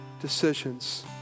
decisions